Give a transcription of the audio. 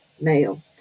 male